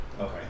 Okay